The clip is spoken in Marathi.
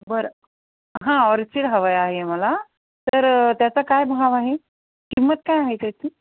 बरं हां ऑर्चिड हवं आहे मला तर त्याचा काय भाव आहे किंमत काय आहे त्याची